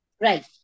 Right